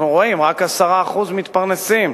אנחנו רואים, רק 10% מתפרנסים,